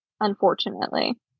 unfortunately